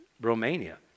Romania